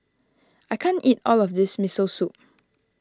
I can't eat all of this Miso Soup